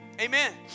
Amen